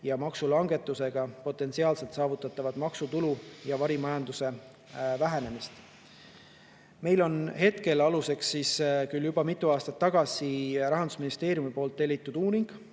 ja maksulangetusega potentsiaalselt saavutatavat maksutulu ja varimajanduse vähenemist?" Meil on hetkel aluseks küll juba mitu aastat tagasi Rahandusministeeriumi tellitud uuring